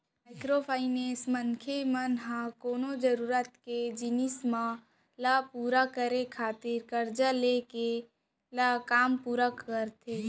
micro finance, मनसे मन ह कोनो जरुरत के जिनिस मन ल पुरा करे खातिर करजा लेके काम ल पुरा करथे